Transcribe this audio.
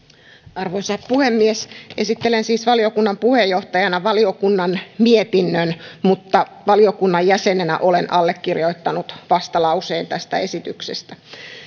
arvoisa puhemies esittelen siis valiokunnan puheenjohtajana valiokunnan mietinnön mutta valiokunnan jäsenenä olen allekirjoittanut vastalauseen tästä esityksestä